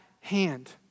hand